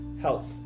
health